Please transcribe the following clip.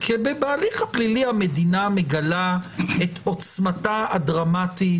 כי בהליך הפלילי המדינה מגלה את עוצמתה הדרמטית